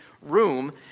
room